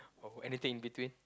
or for anything in between